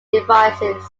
devices